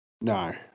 No